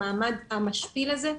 למעמד המשפיל הזה,